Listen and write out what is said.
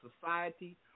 society